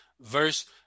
Verse